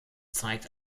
zeigt